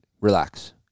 relax